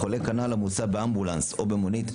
חולה כנ"ל המוסע באמבולנס או במונית".